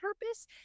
purpose